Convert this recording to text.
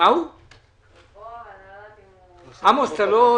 שאמר גל הוא נכון.